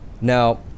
Now